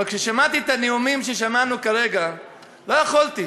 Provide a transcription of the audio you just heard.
אבל כששמעתי את הנאומים ששמענו כרגע לא יכולתי.